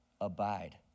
Abide